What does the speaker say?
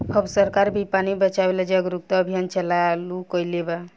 अब सरकार भी पानी बचावे ला जागरूकता अभियान चालू कईले बा